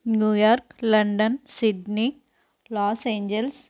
New York London Sydney Los Angeles